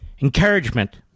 encouragement